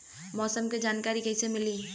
मौसम के जानकारी कैसे मिली?